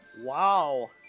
Wow